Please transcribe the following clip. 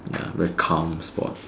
ya very calm sport